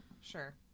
Sure